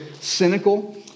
cynical